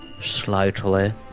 slightly